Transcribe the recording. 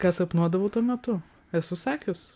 ką sapnuodavau tuo metu esu sakius